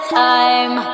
time